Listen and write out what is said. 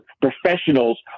professionals